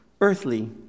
earthly